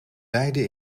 beide